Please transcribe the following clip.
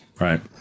right